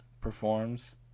performs